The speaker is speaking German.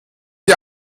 die